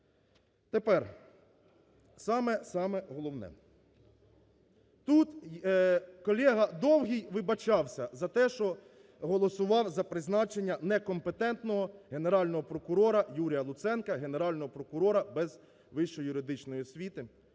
Тепер саме, саме головне. Тут колега Довгий вибачався за те, що голосував за призначення некомпетентного Генерального прокурора Юрія Луценка, Генерального прокурора без вищої юридичної освіти.